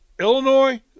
Illinois